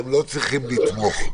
אתם לא צריכים לתמוך.